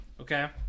okay